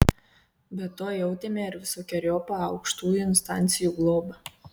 be to jautėme ir visokeriopą aukštųjų instancijų globą